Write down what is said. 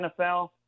NFL